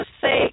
say